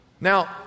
now